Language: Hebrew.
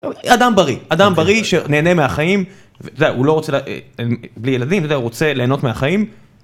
אדם בריא אדם בריא שנהנה מהחיים הוא לא רוצה... בלי ילדים, אתה יודע, הוא רוצה להנות מהחיים.